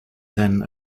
then